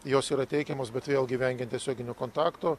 jos yra teikiamos bet vėlgi vengiant tiesioginio kontakto